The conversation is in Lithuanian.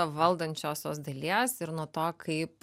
valdančiosios dalies ir nuo to kaip